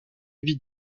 vie